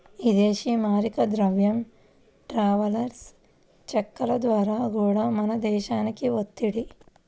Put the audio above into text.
ఇదేశీ మారక ద్రవ్యం ట్రావెలర్స్ చెక్కుల ద్వారా గూడా మన దేశానికి వత్తది